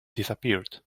disappeared